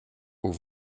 aux